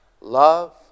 love